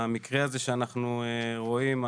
המקרה הזה שאנחנו רואים,